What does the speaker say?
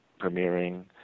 premiering